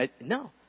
No